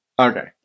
Okay